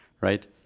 right